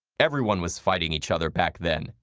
everyone was fighting each other back then.